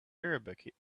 arabic